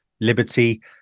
liberty